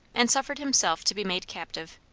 and suffered himself to be made captive.